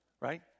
right